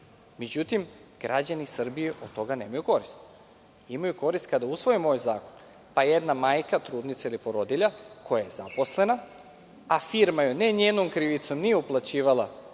Međutim, građani Srbije od toga nemaju koristi. Imaju korist kada usvojimo ovaj zakon, pa jedna majka, trudnica ili porodilja, koja je zaposlena, a firma joj ne njenom krivicom nije uplaćivala